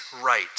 right